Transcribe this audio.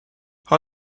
how